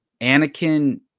Anakin